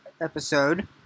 episode